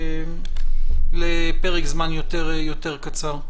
לפרק זמן יותר קצר?